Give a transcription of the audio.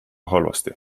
halvasti